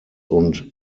und